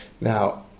Now